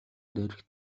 дээрх